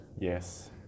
Yes